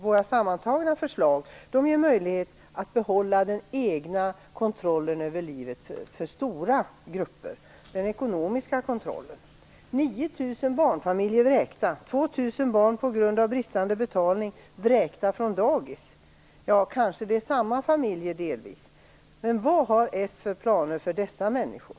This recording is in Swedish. Våra sammantagna förslag ger möjlighet att behålla den egna ekonomiska kontrollen över livet för stora grupper. 9 000 barnfamiljer är vräkta. 2 000 barn är vräkta från dagis på grund av bristande betalning - kanske är det delvis samma familjer. Vad har s för planer för dessa människor?